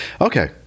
Okay